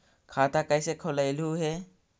खाता कैसे खोलैलहू हे?